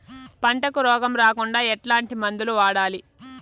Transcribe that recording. పంటకు రోగం రాకుండా ఎట్లాంటి మందులు వాడాలి?